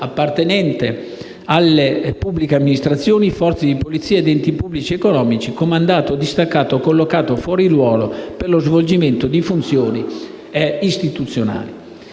appartenente alle pubbliche amministrazioni, Forze di polizia ed enti pubblici economici, comandato o distaccato o collocato fuori ruolo per lo svolgimento di funzioni istituzionali